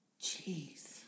Jeez